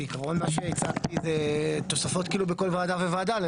בעיקרון מה שהצעתי זה תוספות בכל ועדה וועדה.